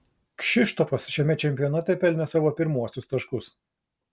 kšištofas šiame čempionate pelnė savo pirmuosius taškus